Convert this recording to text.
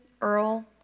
Earl